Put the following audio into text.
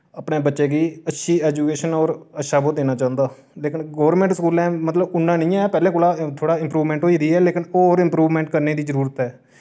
अपने बच्चे गी अच्छी एजुकेशन और अच्छा ओह् देना चांह्दा लेकिन गोरमैंट स्कूलैं मतलब उन्ना नेईं ऐ पैह्लें कोला थोह्ड़ा इम्प्रूवमेंट होई दी ऐ लेकिन होर इम्प्रूवमेंट करने दी जरूरत ऐ